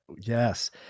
Yes